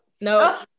no